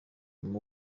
buri